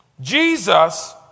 Jesus